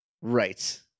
Right